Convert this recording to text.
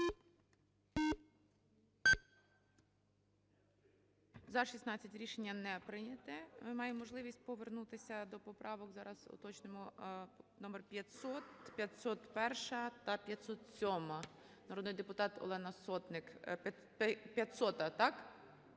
За-16 Рішення не прийнято. Ми маємо можливість повернутися до поправок, зараз уточнимо, номер 500, 501 та 507-а, народний депутат Олена Сотник. 500-а, так?